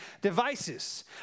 devices